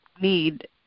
need